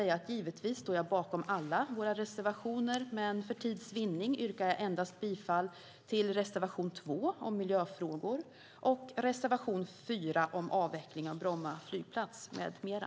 Givetvis står jag bakom alla våra reservationer, men för tids vinnande yrkar jag bifall till endast reservation 2 om miljöfrågor och reservation 4 om avveckling av Bromma flygplats med mera.